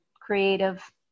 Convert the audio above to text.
creative